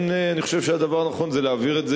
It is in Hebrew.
אני חושב שהדבר הנכון הוא להעביר את זה